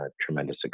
tremendous